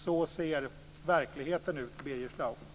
Så ser verkligheten ut, Birger Schlaug!